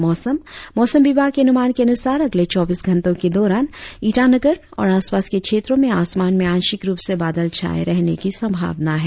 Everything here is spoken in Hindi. और अब मौसम मौसम विभाग के अनुमान के अनुसार अगले चौबीस घंटो के दौरान ईटानगर और आसपास के क्षेत्रो में आसमान में आंशिक रुप से बादल छाये रहने की संभावना है